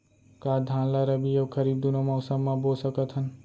का धान ला रबि अऊ खरीफ दूनो मौसम मा बो सकत हन?